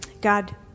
God